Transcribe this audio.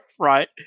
right